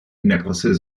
necklaces